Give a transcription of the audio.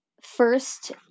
first